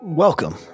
Welcome